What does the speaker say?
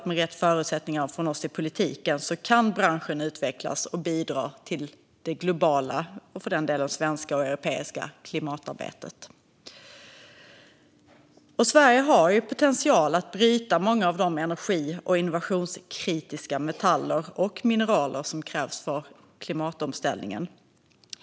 Med rätt förutsättningar från oss i politiken tror jag att branschen kan utvecklas och bidra till det globala, och för den delen det svenska och europeiska, klimatarbetet. Sverige har potential att bryta många av de energi och innovationskritiska metaller och mineral som krävs för klimatomställningen.